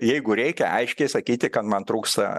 jeigu reikia aiškiai sakyti kad man trūksta